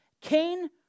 Cain